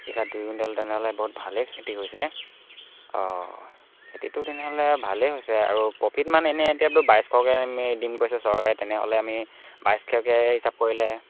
বিঘাত দুই কুইণ্টেল তেনেহ'লে বহুত ভালেই খেতি হৈছে অঁ খেতিটো তেনেহ'লে ভালেই হৈছে আৰু প্ৰফিট ইমান এনে এতিয়াতো বাইছশকৈ এনেই দিম কৈছে চৰকাৰে তেনেহ'লে আমি বাইছশকৈ হিচাপ কৰিলে